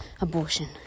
abortion